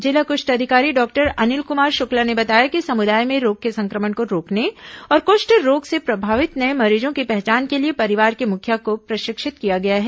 जिला कुष्ठ अधिकारी डॉक्टर अनिल कुमार शुक्ला ने बताया कि समुदाय में रोग के संक्रमण को रोकने और कुष्ठ रोग से प्रभावित नये मरीजों की पहचान के लिए परिवार के मुखिया को प्रशिक्षित किया गया है